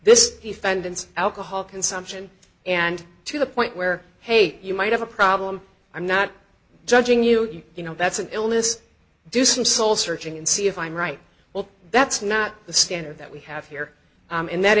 this he finds alcohol consumption and to the point where hate you might have a problem i'm not judging you you know that's an illness do some soul searching and see if i'm right well that's not the standard that we have here and that